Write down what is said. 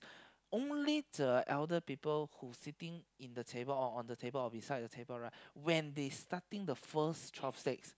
only the elder people who sitting in the table or on the table or beside the table right when they starting the first chopsticks